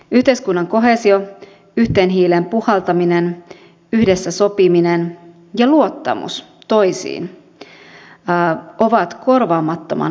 yhteiskunnan koheesio yhteen hiileen puhaltaminen yhdessä sopiminen ja luottamus toisiin ovat korvaamattoman arvokkaita asioita